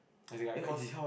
as in like cause